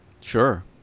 Sure